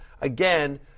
again